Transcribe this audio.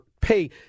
pay